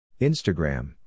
Instagram